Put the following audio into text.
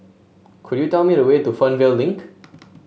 could you tell me the way to Fernvale Link